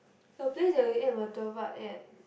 the place that we eat Murtabak at